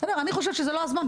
אני חושבת שזה לא הזמן,